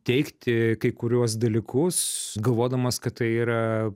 teigti kai kuriuos dalykus galvodamas kad tai yra